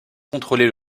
contrôler